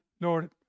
Lord